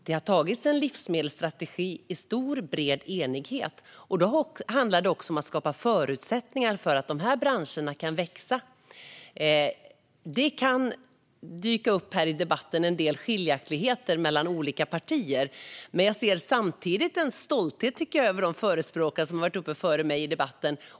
Det har antagits en livsmedelsstrategi i stor och bred enighet, och det har också handlat om att skapa förutsättningar för att de branscherna ska kunna växa. Det kan dyka upp en del skiljaktigheter i debatten mellan olika partier, men jag ser samtidigt en stolthet hos de förespråkare som har varit uppe före mig i debatten.